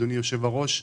אדוני היושב-ראש,